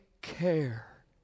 care